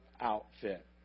outfit